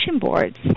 boards